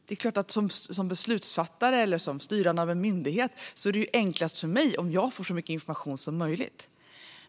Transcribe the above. Det är klart att som beslutsfattare eller den som styr en myndighet är det enklast att få så mycket information som möjligt.